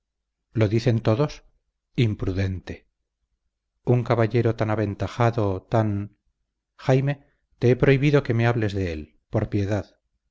lo dicen todos imprudente un caballero tan aventajado tan jaime te he prohibido que me hables de él por piedad